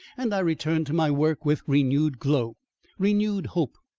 and i returned to my work with renewed glow renewed hope.